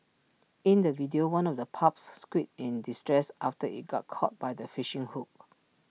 in the video one of the pups squeaked in distress after IT got caught by the fishing hook